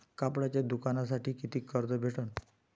कापडाच्या दुकानासाठी कितीक कर्ज भेटन?